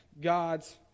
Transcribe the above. God's